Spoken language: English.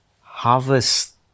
Harvest